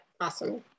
awesome